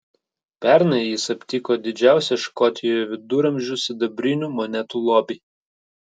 pernai jis aptiko didžiausią škotijoje viduramžių sidabrinių monetų lobį